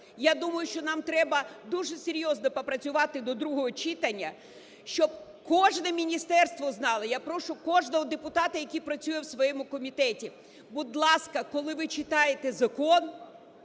Я думаю, що нам треба дуже серйозно попрацювати до другого читання, щоб кожне міністерство знало. Я прошу кожного депутата, який працює в своєму комітеті, будь ласка, коли ви читаєте закон,